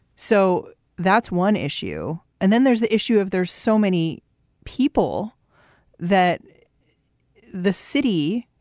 so that's one issue. and then there's the issue of there's so many people that the city,